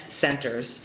centers